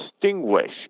distinguish